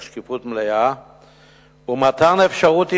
שקיפות מלאה ומתן אפשרות ערעור.